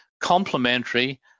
complementary